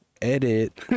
edit